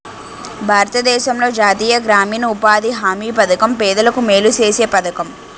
భారతదేశంలో జాతీయ గ్రామీణ ఉపాధి హామీ పధకం పేదలకు మేలు సేసే పధకము